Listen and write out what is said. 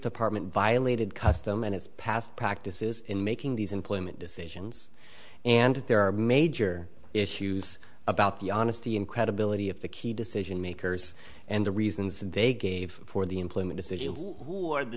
department violated custom and its past practices in making these employment decisions and there are major issues about the honesty and credibility of the key decision makers and the reasons they gave for the employment decisions or the